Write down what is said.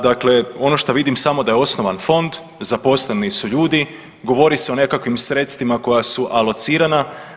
Dakle, ono što vidim samo da je osnovan fond, zaposleni su ljudi, govori se o nekakvim sredstvima koja su alocirana.